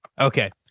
Okay